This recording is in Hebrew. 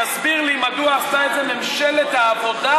תסביר לי מדוע עשתה את זה ממשלת העבודה